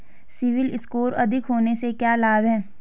CIBIL score अधिक होने से क्या लाभ हैं?